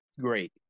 great